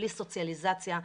בלי סוציאליזציה,